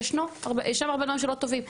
וישנם הרבה דברים שלא טובים.